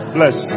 Bless